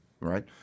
right